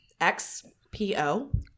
X-P-O